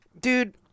dude